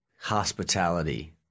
hospitality